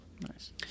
Nice